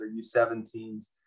U17s